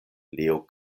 leo